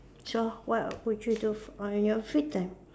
so what would you do on your free time